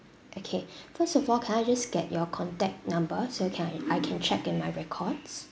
okay first of all can I just get your contact number so can I I can check in my records